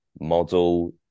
model